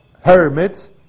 hermits